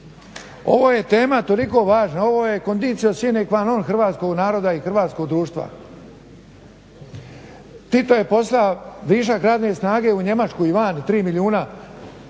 Ovo je tema toliko važna ovo je conditio sine qua non hrvatskog naroda i hrvatsko društva. Tito je poslao višak radne snage u Njemačku i van 3 milijuna